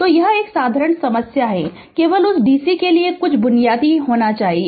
तो यह एक साधारण समस्या है केवल उस dc के लिए कुछ बुनियादी होना चाहिए